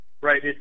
Right